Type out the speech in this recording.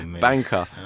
Banker